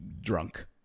drunk